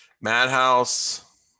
Madhouse